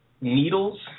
needles